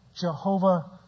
Jehovah